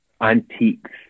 antiques